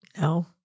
No